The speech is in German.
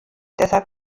deshalb